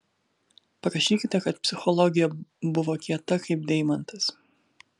parašykite kad psichologė buvo kieta kaip deimantas